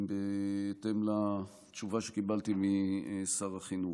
בהתאם לתשובה שקיבלתי משר החינוך.